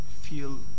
feel